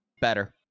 Better